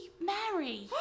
Mary